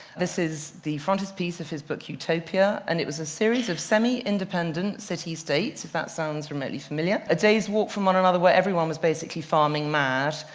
this is the frontispiece of his book utopia. and it was a series of semi-independent city-states, if that sounds remotely familiar, a day's walk from one another where everyone was basically farming-mad,